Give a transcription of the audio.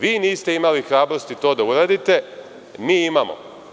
Vi niste imali hrabrosti to da uradite, mi imamo.